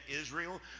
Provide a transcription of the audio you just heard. Israel